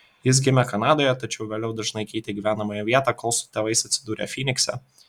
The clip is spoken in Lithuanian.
jis gimė kanadoje tačiau vėliau dažnai keitė gyvenamąją vietą kol su tėvais atsidūrė fynikse